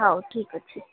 ହଉ ଠିକ୍ ଅଛି